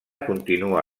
continua